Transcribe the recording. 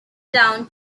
down